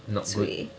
not good